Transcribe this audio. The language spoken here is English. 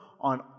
on